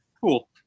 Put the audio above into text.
cool